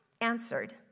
answered